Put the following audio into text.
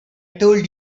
told